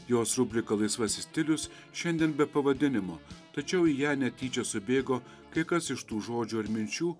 jos rubrika laisvasis stilius šiandien be pavadinimo tačiau į ją netyčia subėgo kai kas iš tų žodžių ar minčių